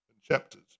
chapters